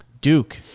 Duke